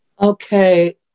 Okay